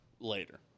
Later